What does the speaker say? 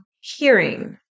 hearing